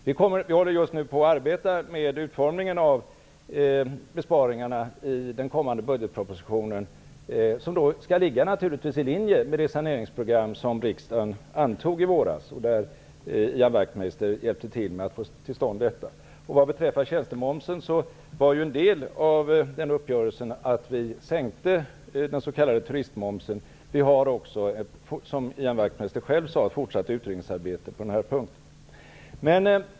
Vi håller just nu på att arbeta med utformningen av besparingarna i den kommande budgetpropositionen, som naturligtvis skall ligga i linje med det saneringsprogram som riksdagen bl.a. med Ian Wachtmeisters hjälp antog i våras. Vad beträffar tjänstemomsen ingick en sänkning av den s.k. turistmomsen som en del i uppgörelsen. Det pågår, som Ian Wachtmeister själv sade, ett fortsatt utredningsarbete på den här punkten.